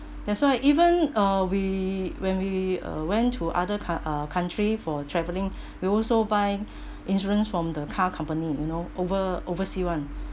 that's why even uh we when we uh went to other co~ uh country for travelling we also buying insurance from the car company you know over oversea one